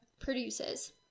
produces